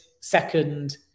second